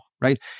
right